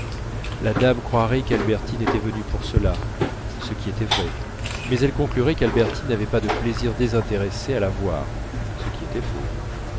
la dame croirait qu'albertine était venue pour cela ce qui était vrai mais elle conclurait qu'albertine n'avait pas de plaisir désintéressé à la voir ce qui était faux